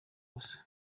gusa